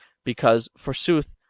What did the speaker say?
because, forsooth,